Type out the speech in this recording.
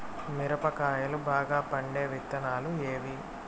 మిరప కాయలు బాగా పండే విత్తనాలు ఏవి